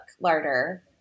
Larder